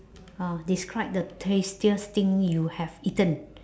uh describe the tastiest thing you have eaten